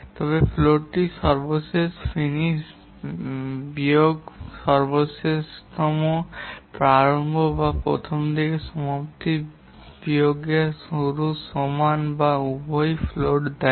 তবে ফ্লোটটি সর্বশেষতম ফিনিস বিয়োগ সর্বশেষতম প্রারম্ভ যা প্রথম দিকের সমাপ্তি বিয়োগের শুরুর সমান এবং উভয়ই ফ্লোট দেয়